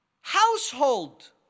household